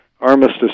Armistice